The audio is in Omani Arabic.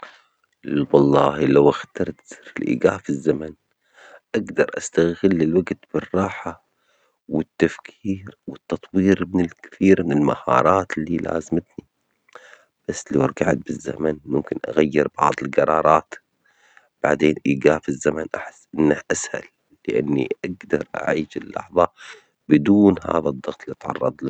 أن يكون لديك زر لإيقاف الزمن أم زر للرجوع بالزمن؟ ولماذا؟